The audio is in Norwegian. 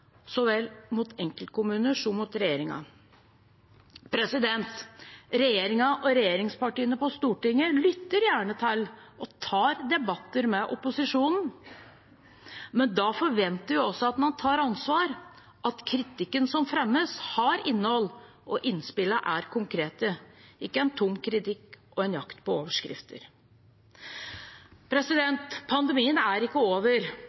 mot enkeltkommuner så vel som regjeringen. Regjeringen og regjeringspartiene på Stortinget lytter gjerne til og tar debatter med opposisjonen, men da forventer vi også at man tar ansvar, at krikken som fremmes, har innhold, og at innspillene er konkrete – ikke en tom kritikk og en jakt på overskrifter. Pandemien er ikke over,